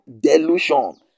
delusion